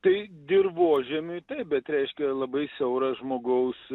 tai dirvožemiui bet reiškia labai siauras žmogaus